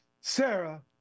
Sarah